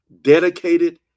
dedicated